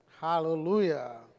Hallelujah